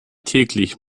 täglich